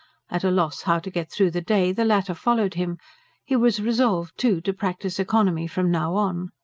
at a loss how to get through the day, the latter followed him he was resolved, too, to practise economy from now on.